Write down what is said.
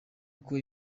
uko